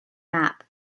map